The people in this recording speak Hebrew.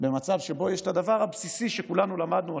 במצב שבו יש את הדבר הבסיסי שכולנו למדנו,